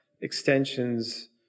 extensions